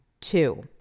Two